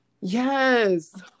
Yes